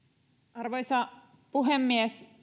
arvoisa puhemies